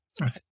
right